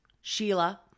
Sheila